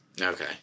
Okay